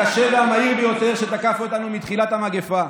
הקשה והמהיר ביותר שתקף אותנו מתחילת המגפה.